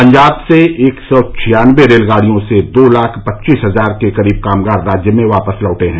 पंजाब से एक सौ छियानबे रेलगाड़ियों से दो लाख पच्चीस हजार के करीब कामगार राज्य में वापस लौटे हैं